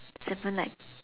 seven like